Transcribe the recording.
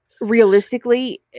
realistically